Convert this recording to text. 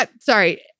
Sorry